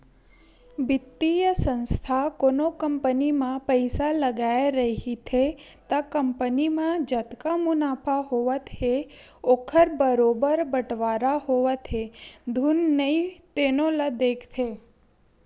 बित्तीय संस्था कोनो कंपनी म पइसा लगाए रहिथे त कंपनी म जतका मुनाफा होवत हे ओखर बरोबर बटवारा होवत हे धुन नइ तेनो ल देखथे